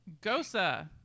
Gosa